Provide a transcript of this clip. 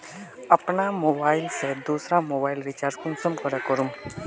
अपना मोबाईल से दुसरा मोबाईल रिचार्ज कुंसम करे करूम?